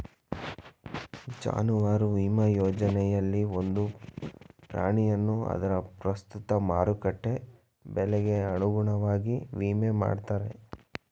ಜಾನುವಾರು ವಿಮಾ ಯೋಜನೆಯಲ್ಲಿ ಒಂದು ಪ್ರಾಣಿಯನ್ನು ಅದರ ಪ್ರಸ್ತುತ ಮಾರುಕಟ್ಟೆ ಬೆಲೆಗೆ ಅನುಗುಣವಾಗಿ ವಿಮೆ ಮಾಡ್ತಾರೆ